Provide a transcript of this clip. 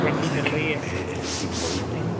ठंडी चल रही है ठंडी